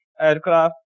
aircraft